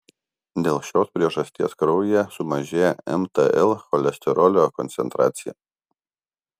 dėl šios priežasties kraujyje sumažėja mtl cholesterolio koncentracija